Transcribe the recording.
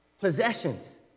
possessions